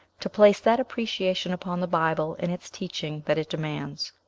to place that appreciation upon the bible and its teachings that it demands.